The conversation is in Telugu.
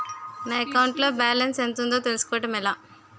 నా అకౌంట్ లో బాలన్స్ ఎంత ఉందో తెలుసుకోవటం ఎలా?